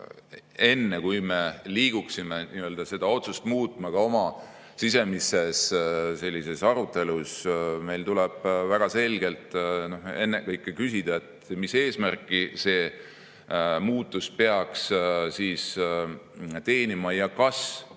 Enne kui me liiguksime seda otsust muutma ka oma sisemises arutelus, tuleb meil väga selgelt ennekõike küsida, mis eesmärki see muutus peaks teenima ja kas see